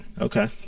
Okay